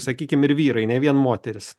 sakykim ir vyrai ne vien moterys